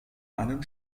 einen